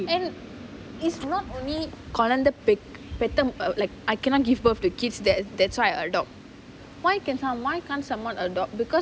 and it's not only கொழந்த பெத்த:kolantha petha like I cannot give birth to kids that's that's why I adopt why can some why can't someone adopt because